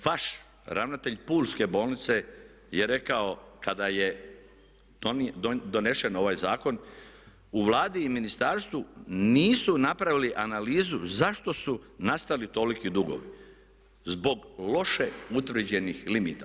Vaš ravnatelj Pulske bolnice je rekao kada je donesen ovaj zakon u Vladi i ministarstvu nisu napravili analizu zašto su nastali toliki dugovi zbog loše utvrđenih limita.